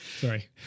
Sorry